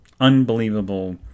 unbelievable